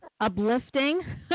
uplifting